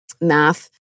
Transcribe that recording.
Math